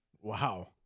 Wow